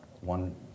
one